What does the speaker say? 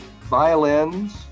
Violins